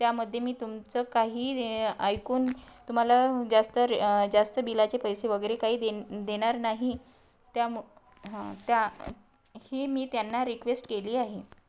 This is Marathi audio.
त्यामध्ये मी तुमचं काही ऐकून तुम्हाला जास्त जास्त बिलाचे पैसे वगैरे काही देन देणार नाही त्यामु हं त्या ही मी त्यांना रिक्वेस्ट केली आहे